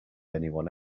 anyone